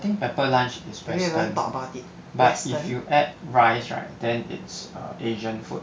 I think pepper lunch is very west but if you add rice right then it's err asian food